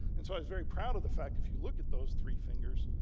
and so i was very proud of the fact, if you look at those three fingers,